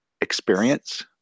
experience